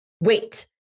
wait